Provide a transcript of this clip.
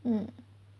mm